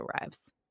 arrives